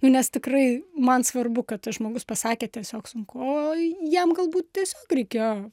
nu nes tikrai man svarbu kad tas žmogus pasakė tiesiog sunku jam galbūt tiesiog reikėjo